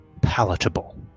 palatable